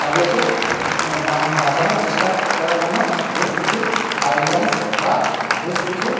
তাদেরকে বাঁচানোর চেষ্টা করার জন্য বেশ কিছু গাইডলাইনস বা বেশ কিছু